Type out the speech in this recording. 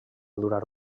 durar